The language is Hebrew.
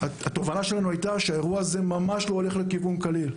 שהאירוע הזה ממש לא הולך לכיוון קליל.